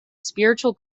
spiritual